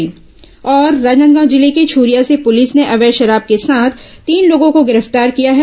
राजनादगांव जिले के छुरिया से पुलिस ने अवैध शराब के साथ तीन लोगों को गिरफ्तार किया है